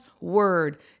word